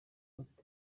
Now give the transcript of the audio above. gufata